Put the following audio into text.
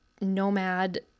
nomad